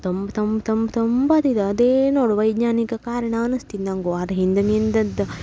ತಂಪು ತಂಪು ತಂಪು ತಂಪಾತಿತು ಅದೇ ನೋಡಿ ವೈಜ್ಞಾನಿಕ ಕಾರಣ ಅನಸ್ತಿದು ನನಗೂ ಅದು ಹಿಂದಿನಿಂದದ್ದು